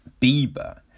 Bieber